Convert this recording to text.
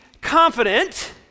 confident